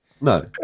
no